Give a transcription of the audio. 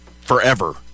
forever